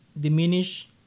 diminish